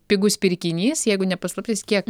pigus pirkinys jeigu ne paslaptis kiek